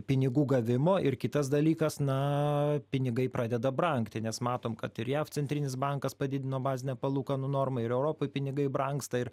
pinigų gavimo ir kitas dalykas na pinigai pradeda brangti nes matom kad ir jav centrinis bankas padidino bazinę palūkanų normą ir europoj pinigai brangsta ir